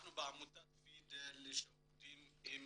בעמותת "פידל" אנחנו עובדים עם